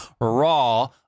raw